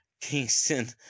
Kingston